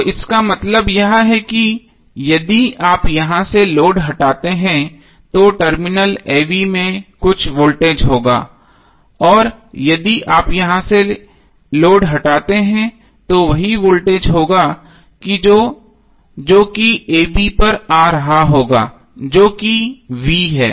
तो इसका मतलब यह है कि यदि आप यहाँ से लोड हटाते हैं तो टर्मिनल a b में कुछ वोल्टेज होगा और यदि आप यहाँ से लोड हटाते हैं तो वही वोल्टेज होगा जो कि a b पर आ रहा होगा जो कि V है